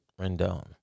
Rendon